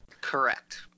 Correct